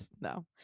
no